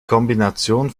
kombination